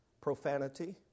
profanity